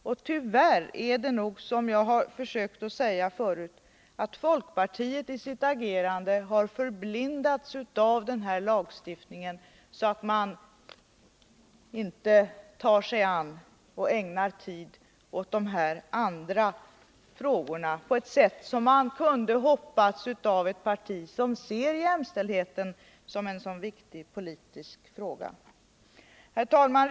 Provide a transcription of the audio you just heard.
Och tyvärr är det nog så, som jag har försökt att säga förut, att folkpartiet i sitt agerande har förblindats av denna lagstiftning så att man inte tar sig an och ägnar tid åt de andra frågorna på ett sätt som man kunde ha hoppåts av ett parti som ser jämställdheten som en så viktig politisk fråga. Herr talman!